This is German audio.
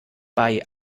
bei